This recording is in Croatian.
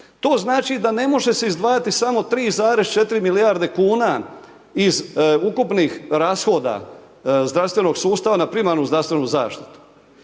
To znači da ne može se izdvajati samo 3,4 milijarde kuna iz ukupnih rashoda zdravstvenog sustava na primarnu zdravstvenu zaštitu.